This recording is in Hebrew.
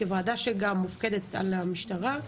כוועדה שגם מופקדת על המשטרה,